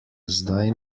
zdaj